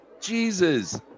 Jesus